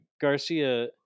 garcia